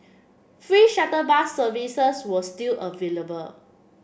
free shuttle bus services were still available